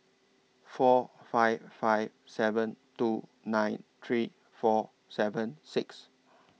four five five seven two nine three four seven six